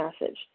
message